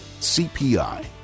CPI